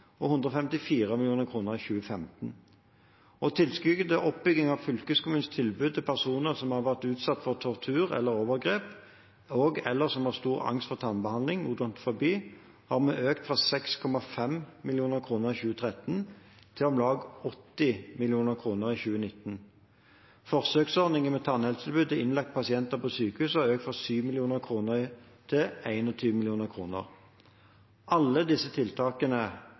2015. Tilskudd til oppbygging av fylkeskommunens tilbud til personer som har vært utsatt for tortur eller overgrep og/eller som har stor angst for tannbehandling, odontofobi, har vi økt fra 6,5 mill. kr i 2013 til om lag 80 mill. kr i 2019. Forsøksordningen med tannhelsetilbud til innlagte pasienter på sykehus har økt fra 7 mill. kr til 21 mill. kr. Alle disse tiltakene